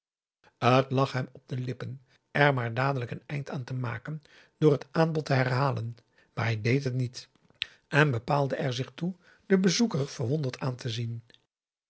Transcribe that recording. lag hem op de lippen er maar dadelijk een eind aan te maken door het aanbod te herhalen maar hij deed het niet en bepaalde er zich toe den bezoeker verwonderd aan te zien